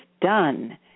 done